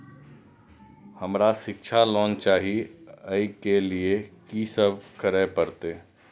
हमरा शिक्षा लोन चाही ऐ के लिए की सब करे परतै?